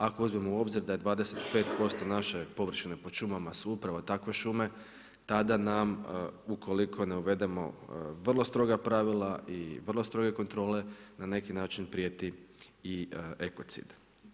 Ako uzmemo u obzir da je 25% naše površine pod šumama su upravo takve šume, tada nam, ukoliko ne uvedemo vrlo stroga pravila i vrlo stroge kontrole, na neki način prijeti i ekocid.